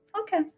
okay